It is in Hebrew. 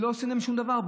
שלא עושים להם שום דבר.